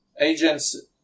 agents